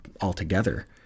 altogether